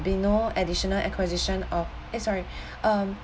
be no additional acquisition of eh sorry um